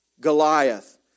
Goliath